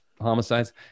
homicides